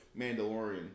Mandalorian